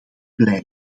blij